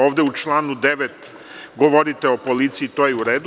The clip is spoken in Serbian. Ovde u članu 9. govorite o policiji i to je u redu.